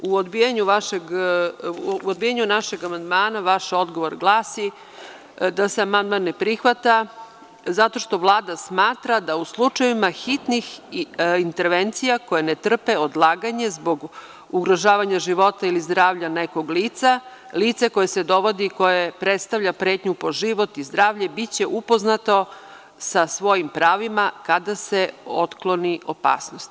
U odbijanju našeg amandmana vaš odgovor glasi da se amandman ne prihvata, zato što Vlada smatra da u slučajevima hitnih intervencija koje ne trpe odlaganje zbog ugrožavanja života ili zdravlja nekog lica, lica koje se dovodi, koje predstavlja pretnju po život i zdravlje, biće upoznato sa svojim pravima kada se otkloni opasnost.